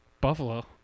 Buffalo